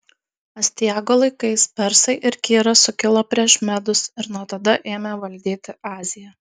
astiago laikais persai ir kyras sukilo prieš medus ir nuo tada ėmė valdyti aziją